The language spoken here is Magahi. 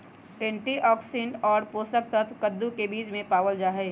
एंटीऑक्सीडेंट और पोषक तत्व कद्दू के बीज में पावल जाहई